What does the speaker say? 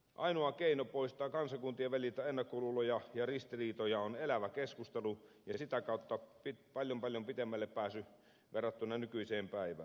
ainoa keino poistaa kansakuntien väliltä ennakkoluuloja ja ristiriitoja on elävä keskustelu ja sitä kautta paljon paljon pitemmälle pääsy verrattuna nykyiseen päivään